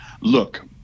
look